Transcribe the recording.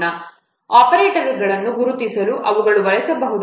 ಇವು ಮಾರ್ಗಸೂಚಿಗಳಾಗಿವೆ ಆಪರೇಟರ್ಗಳನ್ನು ಗುರುತಿಸಲು ಅವುಗಳನ್ನು ಬಳಸಬಹುದು